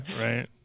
right